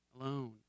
alone